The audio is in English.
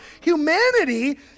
humanity